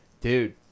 dude